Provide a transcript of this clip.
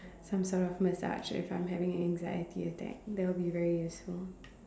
some sort of massage if I am having an anxiety attack that will be very useful